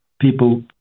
people